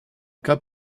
cas